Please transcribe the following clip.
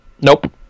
Nope